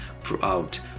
throughout